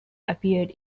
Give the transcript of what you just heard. appeared